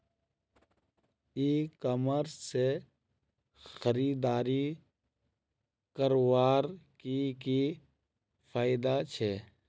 ई commerce से खरीदारी करवार की की फायदा छे?